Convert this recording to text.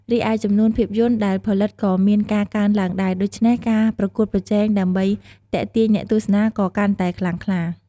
រីឯ ចំនួនភាពយន្តដែលផលិតក៏មានការកើនឡើងដែរ ដូច្នេះការប្រកួតប្រជែងដើម្បីទាក់ទាញអ្នកទស្សនាក៏កាន់តែខ្លាំងក្លា។